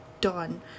done